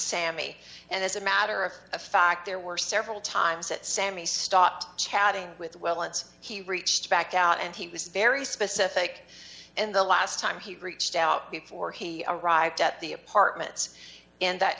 sammy and as a matter of fact there were several times that sammy stopped chatting with will and he reached back out and he was very specific and the last time he reached out before he arrived at the apartments and that